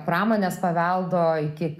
pramonės paveldo iki